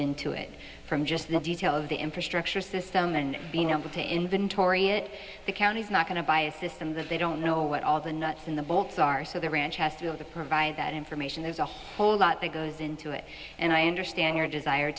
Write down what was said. into it from just the detail of the infrastructure system and being able to inventory it the county is not going to buy a system that they don't know what all the nuts in the bolts are so the ranch has three of the provide that information there's a whole lot that goes into it and i understand your desire